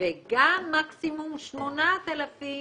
וגם מקסימום 8,000